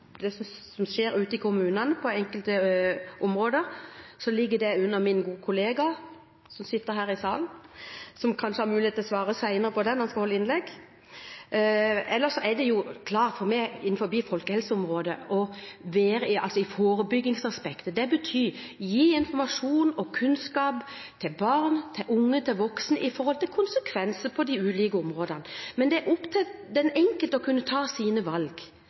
og det som skjer ute i kommunene på enkelte områder, ligger det under min gode kollega som sitter her i salen, som kanskje har mulighet til å svare på det senere når han skal holde innlegg. Ellers er det klart for meg innenfor folkehelseområdet at det å være i forebyggingsaspektet betyr å gi informasjon og kunnskap – til barn, til unge, til voksne – om konsekvenser på de ulike områdene. Men det er opp til den enkelte å kunne ta sine valg.